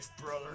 brother